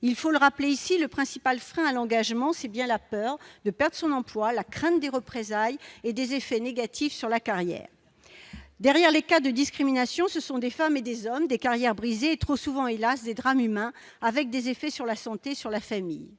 il faut le rappeler ici le principal frein à l'engagement, c'est bien la peur de perdre son emploi, la crainte des représailles et des effets négatifs sur la carrière derrière les cas de discrimination, ce sont des femmes et des hommes, des carrières brisées trop souvent hélas des drames humains, avec des effets sur la santé, sur la famille